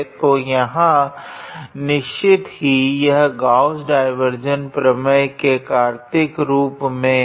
तो यहाँ निश्चित ही यह भी गॉस डाइवार्जेंस प्रमेय के कार्तिक रूप में है